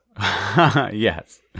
Yes